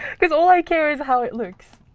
because all i care is how it looks.